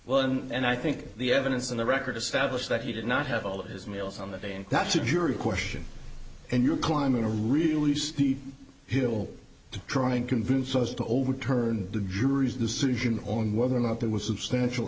one and i think the evidence in the record established that he did not have all of his meals on that day and that's a jury question and you're climbing a really steep hill to try and convince us to overturn the jury's decision on whether or not there was s